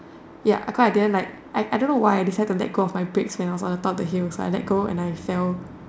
ya cause I didn't like I I don't know why I decided to let go of my brakes you know on the top of the hill so I let go and I fell